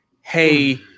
Hey